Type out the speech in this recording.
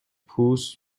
پوست